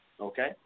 Okay